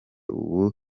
ubu